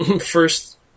first